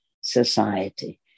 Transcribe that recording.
society